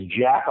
jack